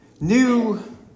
new